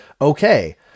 okay